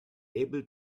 able